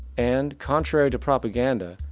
and contrary to propaganda,